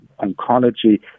oncology